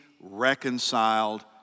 reconciled